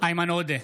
איימן עודה,